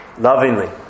Lovingly